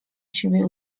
siebie